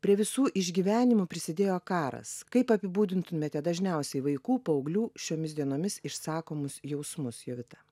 prie visų išgyvenimų prisidėjo karas kaip apibūdintumėte dažniausiai vaikų paauglių šiomis dienomis išsakomus jausmus jovita